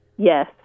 Yes